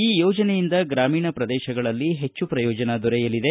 ಈ ಯೋಜನೆಯಿಂದ ಗ್ರಾಮೀಣ ಪ್ರದೇಶಗಳಲ್ಲಿ ಹೆಚ್ಚು ಪ್ರಯೋಜನ ದೊರೆಯಲಿದೆ